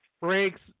breaks